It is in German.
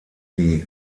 die